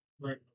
Right